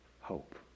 hope